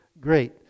great